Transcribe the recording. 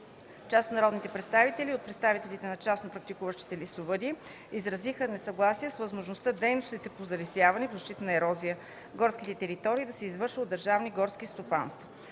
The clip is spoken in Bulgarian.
Част от народните представители и от представителите на частно практикуващите лесовъди изразиха несъгласие с възможността дейностите по залесяване и по защита срещу ерозия в горските територии да се извършват от държавните горски стопанства.